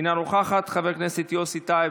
אינה נוכחת, חברת הכנסת מאי גולן,